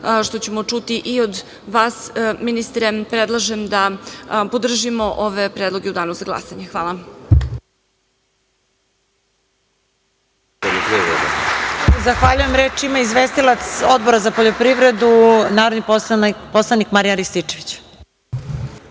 što ćemo čuti i od vas, ministre, predlažem da podržimo ove predloge u danu za glasanje. Hvala. **Marija Jevđić** Zahvaljujem. Reč ima izvestilac Odbora za poljoprivredu, narodni poslanik Marijan Rističević.